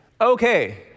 okay